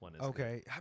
Okay